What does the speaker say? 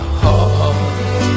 heart